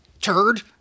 Turd